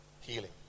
Healing